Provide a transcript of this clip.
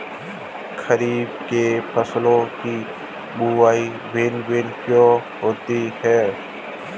खरीफ के फसलों की बुवाई भिन्न भिन्न क्यों होती है?